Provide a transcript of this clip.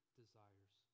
desires